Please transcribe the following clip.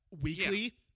weekly